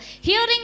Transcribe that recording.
hearing